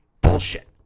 Bullshit